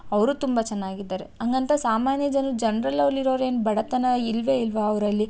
ಅವರೂ ತುಂಬ ಚೆನ್ನಾಗಿದ್ದಾರೆ ಹಂಗಂತ ಸಾಮಾನ್ಯ ಜನ ಜನ್ರಲ್ಲಲ್ಲಿ ಇರೋರು ಏನು ಬಡತನ ಇಲ್ಲವೇ ಇಲ್ಲವ ಅವರಲ್ಲಿ